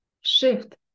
shift